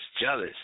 jealous